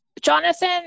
Jonathan